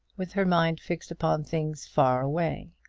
with her mind fixed upon things far away.